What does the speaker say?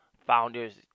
founders